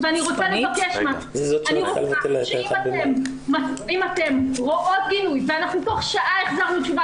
אני רוצה לבקש שאם אתן רואות תיעוד ואנחנו תוך שעה החזרנו תשובה